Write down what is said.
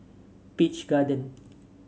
Peach Garden